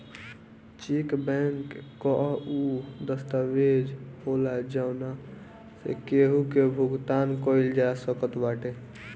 check bank कअ उ दस्तावेज होला जवना से केहू के भुगतान कईल जा सकत बाटे